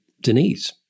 Denise